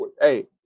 Hey